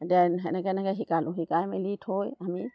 এতিয়া সেনেকৈ এনেকৈ শিকালোঁ শিকাই মেলি থৈ আমি